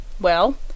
Well